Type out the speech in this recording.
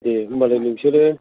दे होनबालाय नोंसोरो